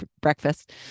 breakfast